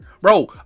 Bro